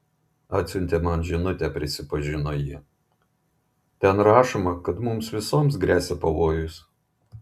atsiuntė man žinutę prisipažino ji ten rašoma kad mums visoms gresia pavojus